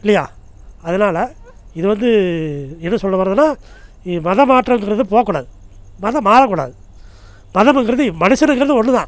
இல்லையா அதனால இது வந்து எது சொல்ல வர்றத்துன்னா மதம் மாற்றன்றது போக கூடாது மதம் மாற கூடாது மதமுங்கிறது மனுஷனுங்கிறது ஒன்று தான்